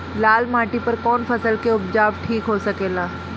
लाल माटी पर कौन फसल के उपजाव ठीक हो सकेला?